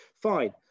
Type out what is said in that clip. fine